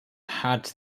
had